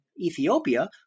Ethiopia